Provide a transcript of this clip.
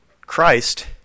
Christ